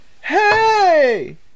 hey